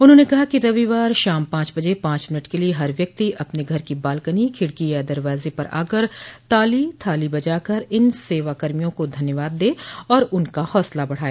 उन्होंने कहा कि रविवार शाम पांच बजे पांच मिनट के लिए हर व्यक्ति अपने घर की बालकनी खिड़की या दरवाजे पर आकर ताली थालो बजाकर इन सेवा कर्मियों को धन्यवाद दे और उनका हौसला बढ़ाए